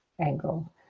angle